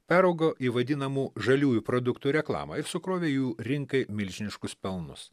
peraugo į vadinamų žaliųjų produktų reklamą ir sukrovė jų rinkai milžiniškus pelnus